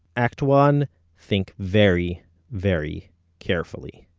act one think very very carefully.